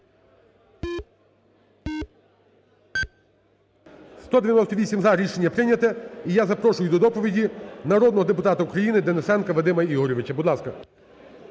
За-198 Рішення прийняте. І я запрошую до доповіді народного депутата України Денисенка Вадима Ігоревича. Будь ласка.